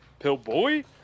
Pillboy